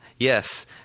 Yes